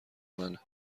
منه